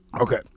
Okay